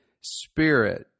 spirit